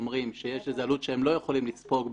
אומרים שיש לזה עלות שהם יכולים לספוג בעצמם,